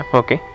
okay